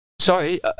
sorry